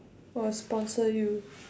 or sponsor you